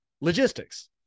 logistics